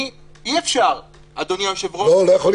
אני מבקש ממך שאתה --- אתה מקבל עד הסוף לא מקובל